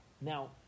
Now